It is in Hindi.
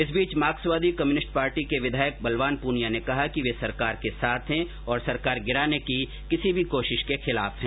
इस बीच मार्क्सवादी कम्यूनिस्ट पार्टी के विधायक बलवान पूनिया ने कहा कि वे सरकार के साथ हैं और सरकार गिराने की किसी भी कोशिश के खिलाफ हैं